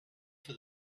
for